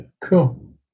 Cool